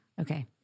Okay